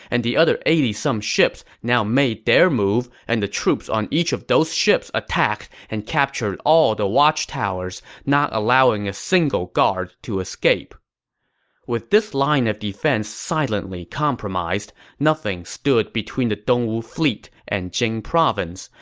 and the other eighty some ships now made their move, and the troops on each of those ships attacked and captured all the watchtowers, not allowing a single guard to escape with this line of defense silently compromised, nothing stood between the dongwu fleet and jing province,